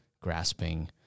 grasping